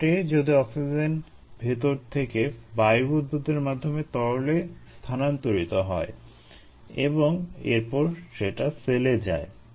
কী ঘটে যদি অক্সিজেন ভেতর থেকে বায়ু বুদবুদের মাধ্যমে তরলে স্থানান্তরিত হয় এবং এরপর সেটা সেলে যায়